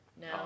No